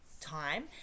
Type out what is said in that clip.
time